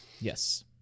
Yes